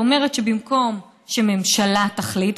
היא אומרת שבמקום שממשלה תחליט,